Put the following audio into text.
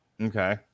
Okay